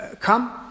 come